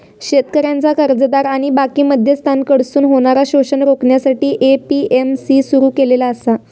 शेतकऱ्यांचा कर्जदार आणि बाकी मध्यस्थांकडसून होणारा शोषण रोखण्यासाठी ए.पी.एम.सी सुरू केलेला आसा